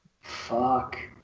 Fuck